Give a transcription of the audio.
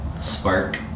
spark